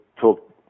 talk